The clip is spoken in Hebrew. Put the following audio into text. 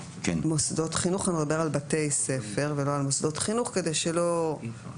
מוסדות חינוך שמדבר על בתי ספר ולא על מוסדות חינוך כדי שלא יבינו